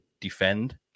defend